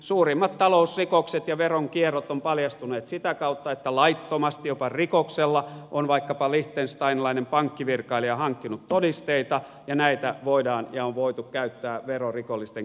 suurimmat talousrikokset ja veronkierrot ovat paljastuneet sitä kautta että laittomasti jopa rikoksella on vaikkapa liechtensteinilainen pankkivirkailija hankkinut todisteita ja näitä voidaan ja on voitu käyttää verorikollisten kiinni saamiseksi